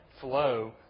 flow